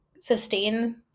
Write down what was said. sustain